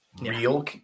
real